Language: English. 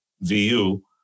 VU